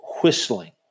whistling